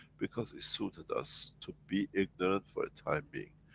because it suited us, to be ignorant for a time being.